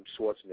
Schwarzenegger